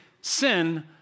sin